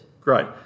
Great